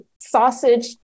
Sausage